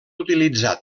utilitzar